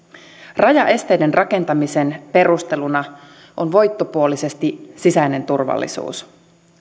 rajaesteiden rakentamisen perusteluna on voittopuolisesti sisäinen turvallisuus